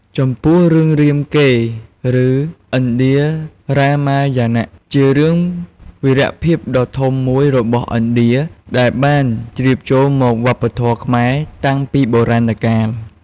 ចំពោះ រឿង រាមកេរ្តិ៍ ឬឥណ្ឌា រាមាយណៈ ជារឿងវីរភាពដ៏ធំមួយរបស់ឥណ្ឌាដែលបានជ្រាបចូលមកវប្បធម៌ខ្មែរតាំងពីបុរាណកាល។